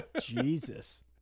Jesus